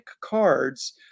cards